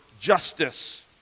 justice